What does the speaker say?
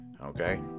Okay